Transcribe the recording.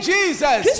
Jesus